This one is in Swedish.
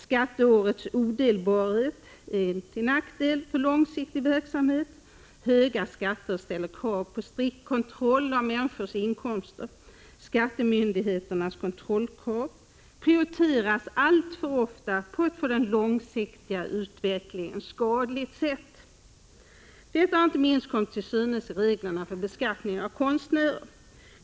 Skatteårets odelbarhet är till nackdel för långsiktig verksamhet. Höga skatter ställer krav på en strikt kontroll av människors inkomster. Skattemyndigheternas kontrollkrav prioriteras alltför ofta på ett för den långsiktiga utvecklingen skadligt sätt. Detta har inte minst kommit till synes i reglerna för beskattningen av konstnärer.